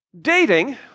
Dating